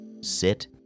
sit